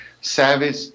Savage